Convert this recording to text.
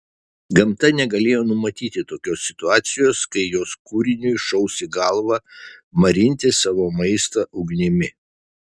gamta negalėjo numatyti tokios situacijos kai jos kūriniui šaus į galvą marinti savo maistą ugnimi